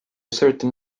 certain